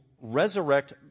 resurrect